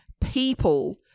people